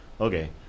Okay